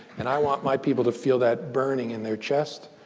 and i want my people to feel that burning in their chest,